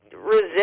resist